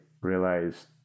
realized